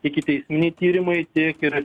ikiteisminiai tyrimai tiek ir